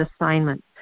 assignment